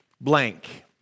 blank